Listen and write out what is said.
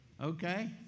Okay